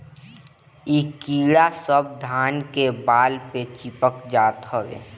इ कीड़ा सब धान के बाल पे चिपक जात हवे